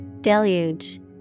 Deluge